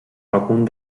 algun